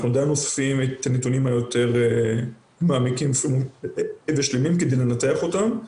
ואנחנו עדיין אוספים נתונים יותר מעמיקים ושלמים כדי לנתח אותם.